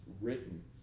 written